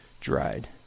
dried